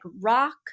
rock